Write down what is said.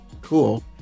Cool